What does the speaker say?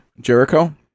Jericho